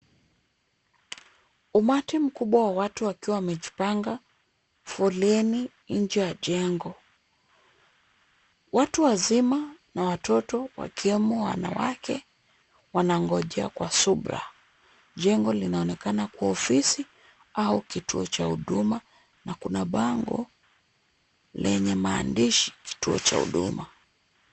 Umati mkubwa wa watu wakiwa wamejipanga foleni nje ya jengo, watu wazima na watoto wakiwemo wanawake wanangojea kwa subira, jengo linaonekana kuwa ofisi au kituo cha Huduma na kuna bango lenye maandishi kituo cha huduma.